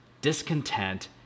discontent